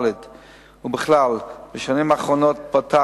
4. בכלל, בשנים האחרונות פתח